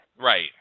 Right